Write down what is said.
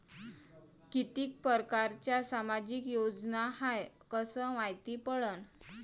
कितीक परकारच्या सामाजिक योजना हाय कस मायती पडन?